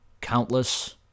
countless